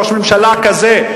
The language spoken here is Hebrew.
ראש ממשלה כזה,